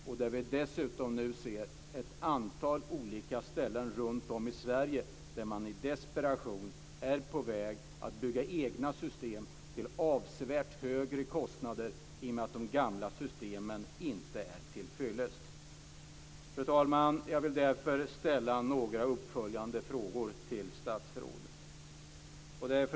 Vi ser nu dessutom att man på ett antal olika ställen runtom i Sverige i desperation är på väg att bygga egna system till avsevärd högre kostnader i och med att de gamla systemen inte är tillfyllest. Fru talman! Jag vill ställa några uppföljande frågor till statsrådet.